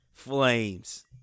Flames